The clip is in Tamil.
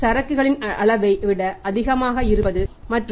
சரக்குகளின் அளவை விட அதிகமாக இருப்பது மற்றும்